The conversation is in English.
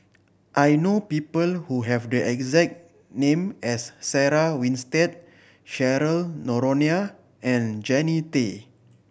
I know people who have the exact name as Sarah Winstedt Cheryl Noronha and Jannie Tay